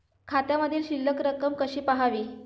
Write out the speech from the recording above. खात्यामधील शिल्लक रक्कम कशी पहावी?